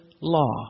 law